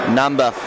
number